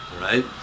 right